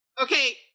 Okay